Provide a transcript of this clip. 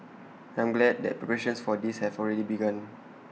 I'm glad that preparations for this have already begun